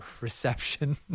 reception